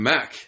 Mac